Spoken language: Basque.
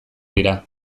dira